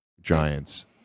Giants